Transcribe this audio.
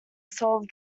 solve